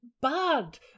bad